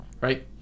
right